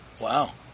Wow